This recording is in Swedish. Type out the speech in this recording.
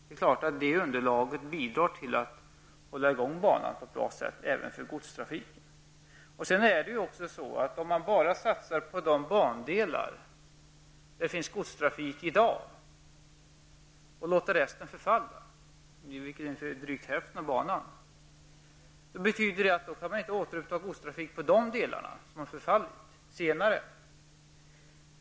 Det är klart att det underlaget bidrar till att hålla i gång banan på ett bra sätt även för godstrafiken. Om man bara satsar på de bandelar där det finns godstrafik och låter resten förfalla -- det är drygt hälften av banan -- kan man ju inte senare återuppta godstrafiken på de delar av banan som har förfallit.